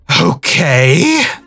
Okay